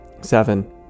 Seven